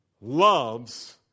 loves